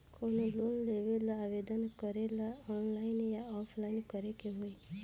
कवनो लोन लेवेंला आवेदन करेला आनलाइन या ऑफलाइन करे के होई?